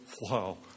wow